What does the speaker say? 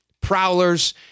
Prowlers